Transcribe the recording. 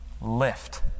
lift